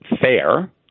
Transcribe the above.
fair